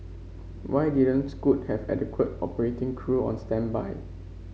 why didn't Scoot have adequate operating crew on standby